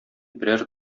берәр